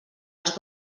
els